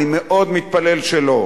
אני מאוד מתפלל שלא.